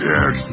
Yes